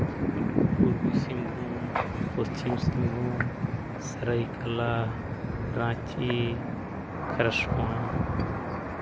ᱯᱩᱨᱵᱚ ᱥᱤᱝᱵᱷᱩᱢ ᱯᱚᱥᱪᱤᱢ ᱥᱤᱝᱵᱷᱩᱢ ᱥᱚᱨᱟᱭᱠᱮᱞᱞᱟ ᱨᱟᱹᱪᱤ ᱠᱷᱟᱨᱥᱚᱣᱟ